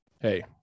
Hey